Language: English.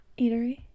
eatery